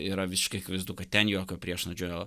yra visiškai akivaizdu kad ten jokio priešnuodžio